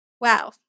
Wow